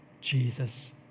Jesus